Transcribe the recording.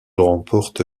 remporte